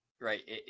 right